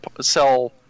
sell